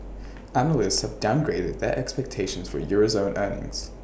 analysts have downgraded their expectations for euro zone earnings